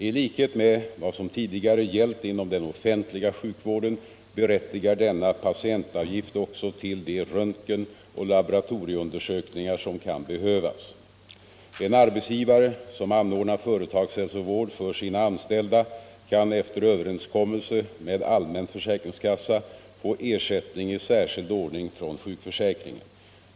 I likhet med vad som tidigare gällt inom den offentliga sjukvården berättigar denna patientavgift också till de röntgenoch laboratorieundersökningar som kan behövas. En arbetsgivare, som anordnar företagshälsovård för sina anställda, kan efter överenskommelse med allmän försäkringskassa få ersättning i särskild ordning från sjukförsäkringen.